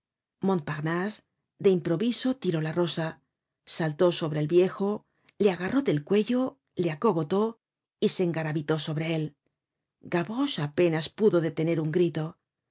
montparnase de improviso tiró la rosa saltó sobre el viejo le agarró del cuello le acogotó y se engarabitó sobre él gavroche apenas pudo detener un grito